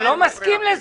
אני לא מסכים לזה.